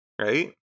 right